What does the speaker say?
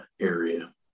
area